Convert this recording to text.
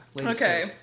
Okay